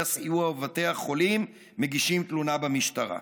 הסיוע ובתי החולים מגישים תלונה במשטרה.